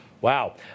Wow